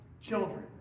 children